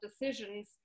decisions